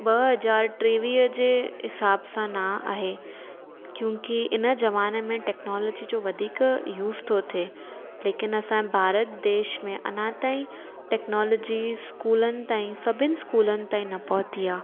ॿ हज़ारु टेवीह जे हिसाब सां न आहे क्यूंकि हिन ज़माने में टेक्नोलॉजी जो वधीकु युज थो थिए लेकिन असांजे भारत देश में अञा ताईं टेक्नोलॉजीस स्कूलनि ताईं सभिनि स्कूलनि ताईं न पहुती आहे